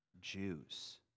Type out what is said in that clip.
Jews